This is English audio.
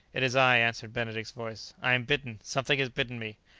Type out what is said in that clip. it is i, answered benedict's voice i am bitten. something has bitten me.